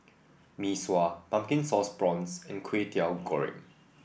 Mee Sua Pumpkin Sauce Prawns and Kwetiau Goreng